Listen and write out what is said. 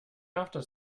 after